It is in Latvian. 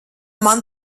man